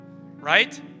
right